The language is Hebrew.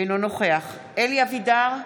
אינו נוכח אלי אבידר,